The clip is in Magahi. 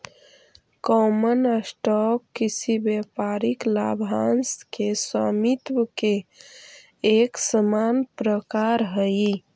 कॉमन स्टॉक किसी व्यापारिक लाभांश के स्वामित्व के एक सामान्य प्रकार हइ